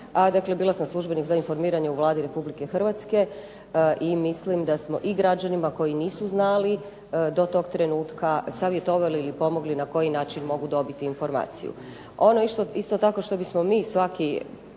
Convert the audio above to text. Bila sam službenik za informiranje u Vladi Republike Hrvatske i mislim da smo građanima koji nisu znali do toga trenutka savjetovali i pomogli na koji način mogu dobiti informaciju. Ono što isto tako mi svaki